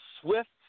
swift